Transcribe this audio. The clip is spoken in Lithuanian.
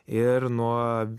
ir nuo